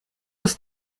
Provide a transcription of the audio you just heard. ist